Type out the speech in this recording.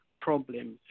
problems